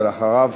ואחריו,